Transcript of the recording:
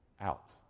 out